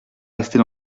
rester